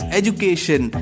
education